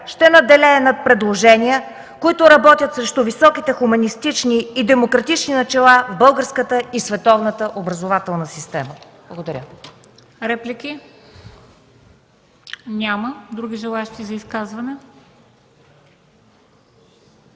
ще надделее над предложения, които работят срещу високите хуманистични и демократични начала в българската и в световната образователна система. Благодаря.